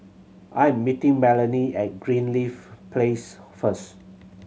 I am meeting Melanie at Greenleaf Place first